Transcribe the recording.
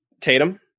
Tatum